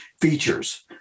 features